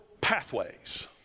pathways